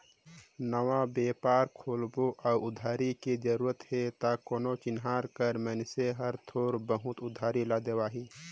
नवा बेपार खोलबे अउ उधारी के जरूरत हे त कोनो चिनहार कर मइनसे हर थोर बहुत उधारी ल देवाही